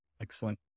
Excellent